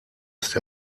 ist